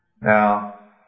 Now